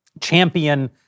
champion